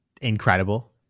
incredible